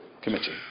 committee